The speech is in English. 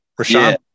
Rashad